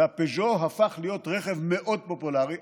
הפז'ו הפך להיות רכב מאוד פופולרי.